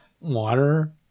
Water